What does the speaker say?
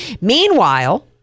Meanwhile